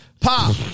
pop